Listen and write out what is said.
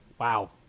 wow